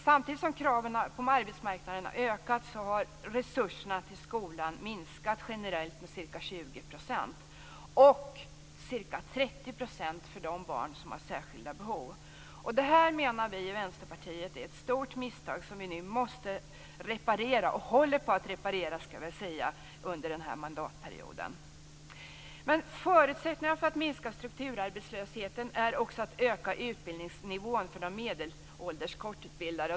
Samtidigt som kraven på arbetsmarknaden har ökat har resurserna till skolan minskat generellt med ca 20 % och med ca 30 % för de barn som har särskilda behov. Det menar vi i Vänsterpartiet är ett stort misstag som vi måste reparera, och håller på att reparera, under denna mandatperiod. En förutsättning för att minska strukturarbetslösheten är också att öka utbildningsnivån för de medelålders kortutbildade.